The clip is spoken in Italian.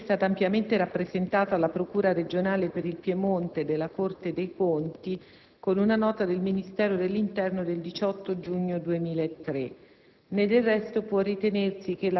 Questa evenienza è stata ampiamente rappresentata alla procura regionale per il Piemonte della Corte dei conti, con una nota del Ministero dell'interno del 18 giugno 2003.